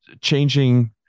changing